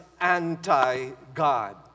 anti-God